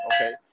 Okay